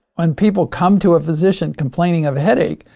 when people come to a physician, complaining of headache.